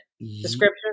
description